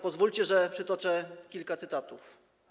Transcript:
Pozwólcie, że przytoczę kilka cytatów.